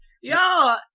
yo